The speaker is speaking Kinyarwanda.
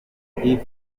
rising